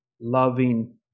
loving